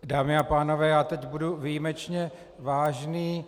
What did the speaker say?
Dámy a pánové, já teď budu výjimečně vážný.